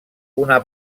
una